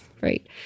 right